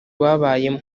babayemo